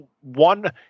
one